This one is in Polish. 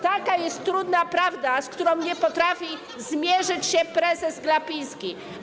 Taka jest trudna prawda, z którą nie potrafi zmierzyć się prezes Glapiński.